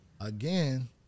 again